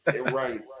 Right